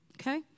Okay